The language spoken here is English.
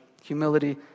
Humility